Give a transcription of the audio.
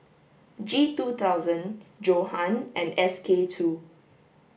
G two thousand Johan and S K two